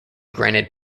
granted